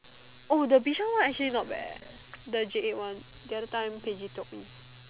oh the Bishan one actually not bad eh the J eight one the other time Paige told me